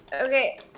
Okay